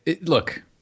look